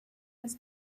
was